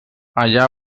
allà